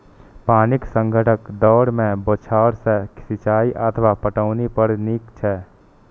पानिक संकटक दौर मे बौछार सं सिंचाइ अथवा पटौनी बड़ नीक छै